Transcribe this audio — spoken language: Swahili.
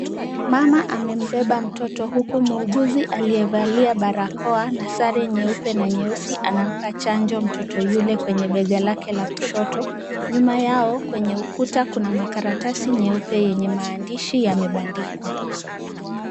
Mama amembeba mtoto huku muuguzi aliyevalia barakoa na sare nyeupe na nyeusi anampa chanjo mtoto yule kwenye bega lake la kushoto. Nyuma yao kwenye ukuta kuna makaratasi nyeupe yenye maandishi yamebandikwa.